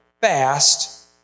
fast